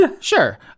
sure